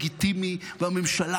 היית ראש הממשלה